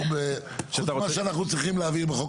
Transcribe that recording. את מה שאנחנו צריכים להעביר בחוק